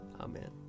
Amen